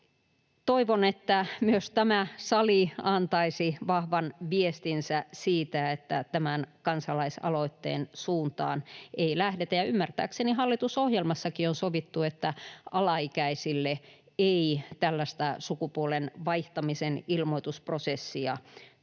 Toivon, että myös tämä sali antaisi vahvan viestinsä siitä, että tämän kansalaisaloitteen suuntaan ei lähdetä, ja ymmärtääkseni hallitusohjelmassakin on sovittu, että alaikäisille ei tällaista sukupuolen vaihtamisen ilmoitusprosessia tuotaisi.